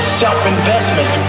self-investment